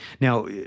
Now